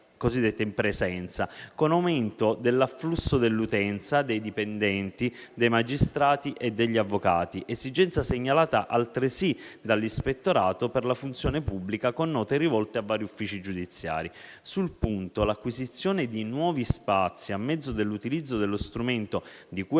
cosiddette in presenza, con un aumento dell'afflusso dell'utenza, dei dipendenti, dei magistrati e degli avvocati, esigenza segnalata altresì dall'Ispettorato per la funzione pubblica, con note rivolte a vari uffici giudiziari. Sul punto, l'acquisizione di nuovi spazi a mezzo dell'utilizzo dello strumento di cui